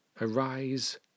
Arise